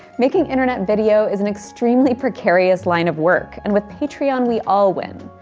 making internet video is an extremely precarious line of work, and with patreon we all win.